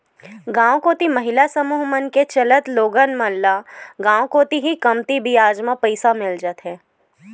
गांव कोती महिला समूह मन के चलत लोगन मन ल गांव कोती ही कमती बियाज म पइसा मिल जाथे